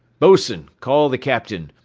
boatswain, call the captain,